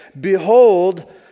Behold